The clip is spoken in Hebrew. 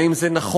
האם זה נכון,